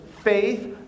faith